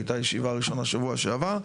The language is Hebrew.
הייתה ישיבה ראשונה שבוע שעבר,